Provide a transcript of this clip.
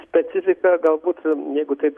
specifika galbūt jeigu taip